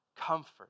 Comfort